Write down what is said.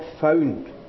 found